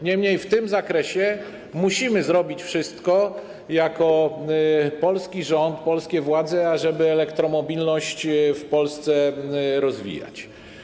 Niemniej w tym zakresie musimy zrobić wszystko jako polski rząd, polskie władze, ażeby elektromobilność w Polsce rozwijać.